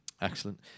Excellent